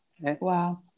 Wow